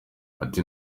ati